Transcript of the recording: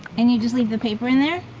and you just leave the paper in there?